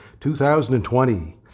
2020